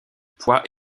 poids